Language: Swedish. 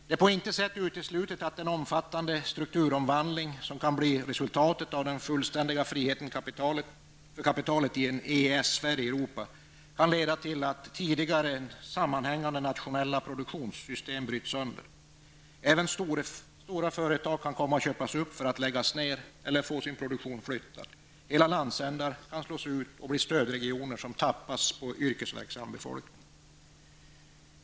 Det är på intet sätt uteslutet att den omfattande strukturomvandling som kan bli resultatet av den fullständiga friheten för kapitalet i en EES-sfär i Europa kan leda till att tidigare sammanhängande nationella produktionssystem bryts sönder. Även stora företag kan komma att köpas upp för att läggas ned eller för att få sin produktion flyttad. Hela landsändar kan slås ut och bli stödregioner som tappas på yrkesverksam befolkning.